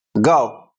Go